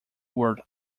world